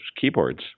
keyboards